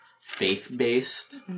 faith-based